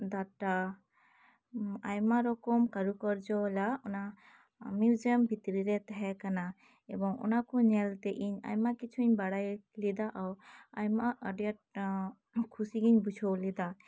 data ᱟᱭᱢᱟ ᱨᱚᱠᱚᱢ ᱠᱟᱹᱨᱩ ᱠᱟᱨᱡᱚ ᱵᱟᱞᱟ ᱚᱱᱟ ᱢᱤᱭᱩᱡᱤᱭᱟᱢ ᱵᱷᱤᱛᱤ ᱨᱮ ᱛᱟᱦᱮᱸ ᱠᱟᱱᱟ ᱮᱵᱚᱝ ᱚᱱᱟ ᱠᱚ ᱧᱮᱞ ᱛᱮ ᱤᱧ ᱟᱭᱢᱟ ᱠᱤᱪᱷᱩᱧ ᱵᱟᱲᱟᱭ ᱞᱮᱫᱟ ᱟᱭᱢᱟ ᱟᱹᱰᱤ ᱟᱸᱴ ᱠᱷᱩᱥᱤᱜᱤᱧ ᱵᱩᱡᱷᱟᱹᱣ ᱞᱮᱫᱟ